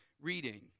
reading